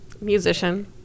Musician